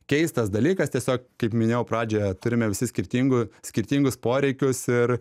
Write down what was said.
keistas dalykas tiesiog kaip minėjau pradžioje turime visi skirtingų skirtingus poreikius ir